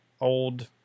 old